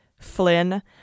Flynn